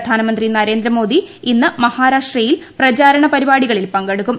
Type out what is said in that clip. പ്രധാനമന്ത്രി നരേന്ദ്രമോദി ഇന്ന് മഹാരാഷ്ട്രയിൽ പ്രചാരണ പരിപാടികളിൽ പങ്കെടുക്കും